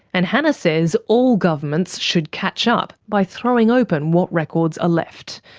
and hannah says all governments should catch up by throwing open what records are left.